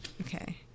Okay